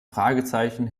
fragezeichen